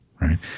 right